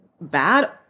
bad